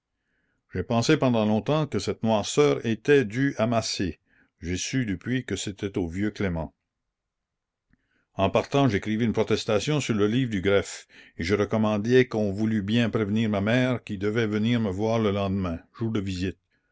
j'ai pensé pendant longtemps que cette noirceur était due à massé j'ai su depuis que c'était au vieux clément en partant j'écrivis une protestation sur le livre du greffe et je recommandai qu'on voulût bien prévenir ma mère qui devait venir me voir le lendemain jour de visites